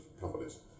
companies